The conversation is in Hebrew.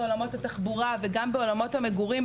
בעולמות התחבורה והמגורים.